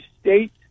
State